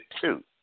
two